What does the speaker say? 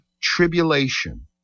tribulation